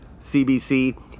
CBC